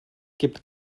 gibt